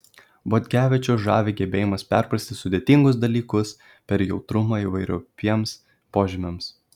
bogdevičių žavi gebėjimas perprasti sudėtingus dalykus per jautrumą įvairiopiems požymiams